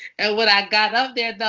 and when i got up there,